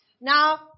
Now